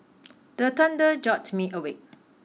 the thunder jolt me awake